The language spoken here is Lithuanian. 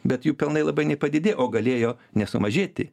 bet jų pelnai labai nepadidėjo o galėjo nesumažėti